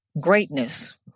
Greatness